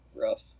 rough